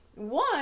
One